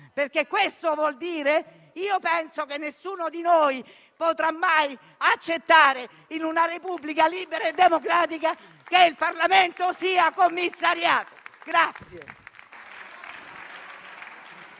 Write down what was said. Perché questo vorrebbe dire. Penso che nessuno di noi potrà mai accettare che, in una Repubblica libera e democratica, il Parlamento sia commissariato.